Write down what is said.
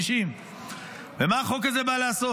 מגיל 60. מה החוק הזה בא לעשות?